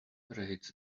parades